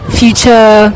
future